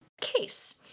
case